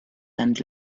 and